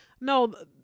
No